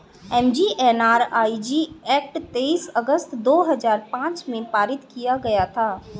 MGNREG act तेईस अगस्त दो हजार पांच में पारित किया गया था